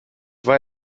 war